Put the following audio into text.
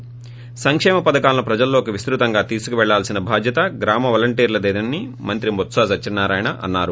ి సంకేమ పథకాలను ప్రజల్లోకి విస్తృతంగా తీసుకెళ్లాల్సిన బాధ్యత గ్రామ వాలంటీర్లదేనని మంత్రి టొత్స సత్యనారాయణ అన్నారు